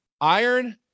Iron